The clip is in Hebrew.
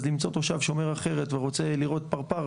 אז למצוא תושב שאומר אחרת ורוצה לראות פרפר,